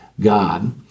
God